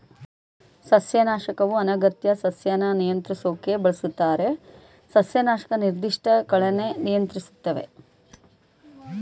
ಸಸ್ಯನಾಶಕವು ಅನಗತ್ಯ ಸಸ್ಯನ ನಿಯಂತ್ರಿಸೋಕ್ ಬಳಸ್ತಾರೆ ಸಸ್ಯನಾಶಕ ನಿರ್ದಿಷ್ಟ ಕಳೆನ ನಿಯಂತ್ರಿಸ್ತವೆ